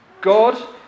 God